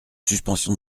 suspension